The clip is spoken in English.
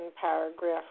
paragraph